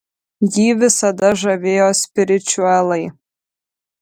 jį visada žavėjo spiričiuelai